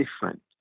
different